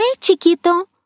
Chiquito